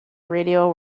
radio